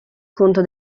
conto